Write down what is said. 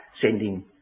sending